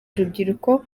urubyiruko